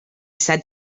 said